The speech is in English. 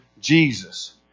Jesus